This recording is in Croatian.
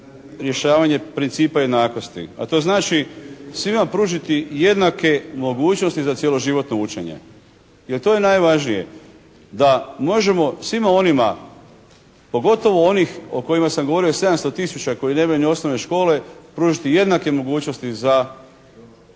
rješavanje principa jednakosti, a to znači svima pružiti jednake mogućnosti za cjeloživotno učenje. Jer to je najvažnije, da možemo svima onima, pogotovo onih o kojima sam govorio, 700 tisuća koji nemaju ni osnovne škole, pružiti jednake mogućnosti za